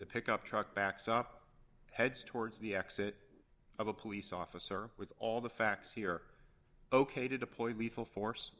the pickup truck backs up heads towards the exit of a police officer with all the facts here ok to deploy lethal force